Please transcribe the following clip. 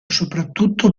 soprattutto